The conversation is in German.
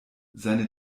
seine